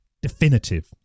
definitive